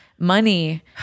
money